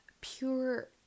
pure